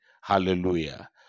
Hallelujah